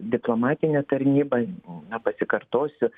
diplomatinė tarnyba na pasikartosiu